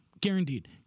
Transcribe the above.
Guaranteed